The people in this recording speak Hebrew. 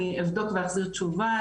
אני אבדוק ואחזיר תשובה,